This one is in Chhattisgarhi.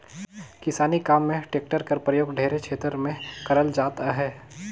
किसानी काम मे टेक्टर कर परियोग ढेरे छेतर मे करल जात अहे